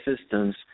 systems